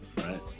Right